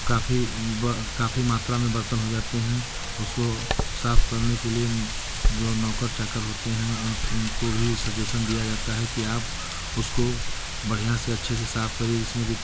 काफ़ी काफ़ी मात्रा में बर्तन हो जाते हैं उसको साफ करने के लिए जो है नौकर चाकर होते हैं उन उनको भी सजेशन दिया जाता है कि आप उसको बढ़ियाँ से अच्छे से साफ करिए जिसमें कि